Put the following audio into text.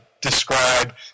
describe